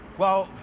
well,